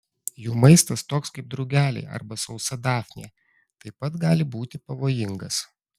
jų maistas toks kaip drugeliai arba sausa dafnija taip pat gali būti pavojingas